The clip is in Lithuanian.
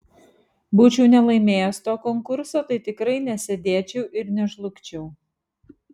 būčiau nelaimėjęs to konkurso tai tikrai nesėdėčiau ir nežlugčiau